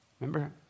Remember